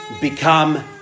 become